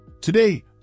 Today